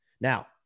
Now